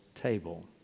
table